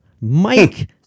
Mike